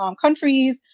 countries